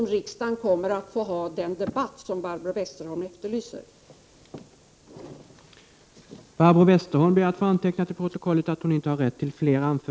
9 december 1988 protokollet få antecknat att hon inte ägde rätt till ytterligare inlägg.